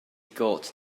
gôt